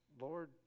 Lord